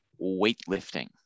weightlifting